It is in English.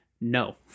No